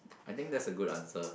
I think that's a good answer